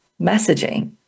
messaging